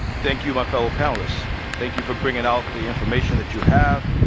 thank you, my fellow panelists. thank you for bringing out the information that you have,